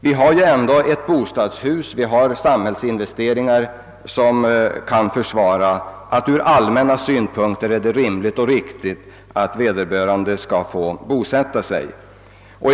Det finns dock ett bra bostadshus och samhälleliga investeringar, och ur allmänna synpunkter kan det därför vara både rimligt och riktigt att vederbörande får bosätta sig där.